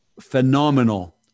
phenomenal